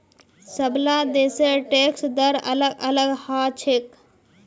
सबला देशेर टैक्स दर अलग अलग ह छेक